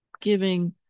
giving